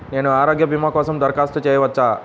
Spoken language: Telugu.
నేను ఆరోగ్య భీమా కోసం దరఖాస్తు చేయవచ్చా?